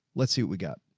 let's see what we got.